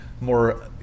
more